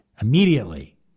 immediately